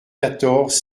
quatorze